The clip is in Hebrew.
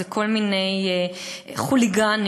זה כל מיני חוליגנים.